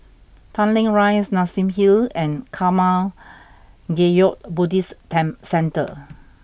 Tanglin Rise Nassim Hill and Karma Kagyud Buddhist temp Centre